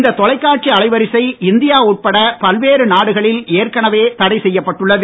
இந்த்தொலைக்காட்சி அலைவரிசை இந்தியா உட்பட பல்வேறு நாடகளில் ஏற்கனவே தடைசெய்யப்பட்டுள்ளது